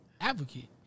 advocate